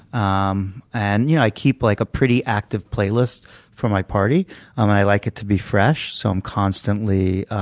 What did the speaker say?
um and yeah i keep like a pretty active playlist for my party. um and i like it to be fresh. so i'm constantly